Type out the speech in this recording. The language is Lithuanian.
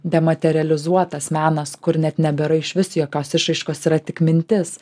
dematerializuotas menas kur net nebėra išvis jokios išraiškos yra tik mintis